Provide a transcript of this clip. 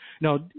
Now